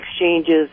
exchanges